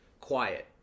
quiet